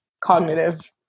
cognitive